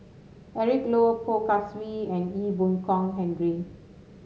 Eric Low Poh Kay Swee and Ee Boon Kong Henry